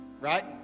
Right